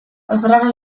alferraren